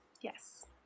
yes